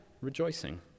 rejoicing